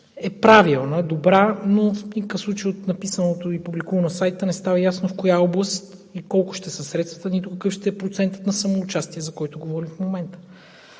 е правилна, добра, но в никакъв случай от написаното и публикуваното на сайта не става ясно в коя област и колко ще са средствата, нито какъв ще е процентът на самоучастие, за което говорим в момента.